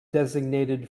designated